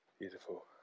Beautiful